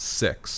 six